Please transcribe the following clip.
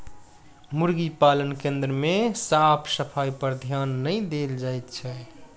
मुर्गी पालन केन्द्र मे साफ सफाइपर ध्यान नै देल जाइत छै